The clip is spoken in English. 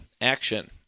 Action